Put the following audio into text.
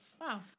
Wow